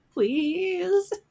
please